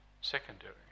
secondary